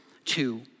Two